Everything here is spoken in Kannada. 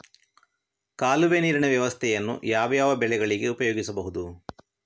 ಕಾಲುವೆ ನೀರಿನ ವ್ಯವಸ್ಥೆಯನ್ನು ಯಾವ್ಯಾವ ಬೆಳೆಗಳಿಗೆ ಉಪಯೋಗಿಸಬಹುದು?